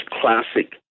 classic